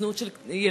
זנות של ילדות,